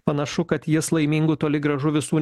panašu kad jas laimingų toli gražu visų